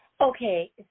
Okay